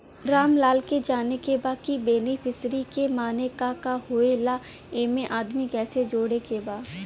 रामलाल के जाने के बा की बेनिफिसरी के माने का का होए ला एमे आदमी कैसे जोड़े के बा?